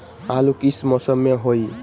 आलू किस मौसम में होई?